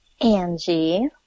Angie